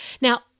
Now